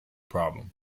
problem